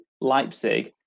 Leipzig